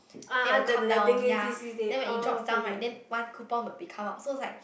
then will come down ya then when it drops down right then one coupon will be come out so it's like